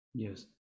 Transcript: Yes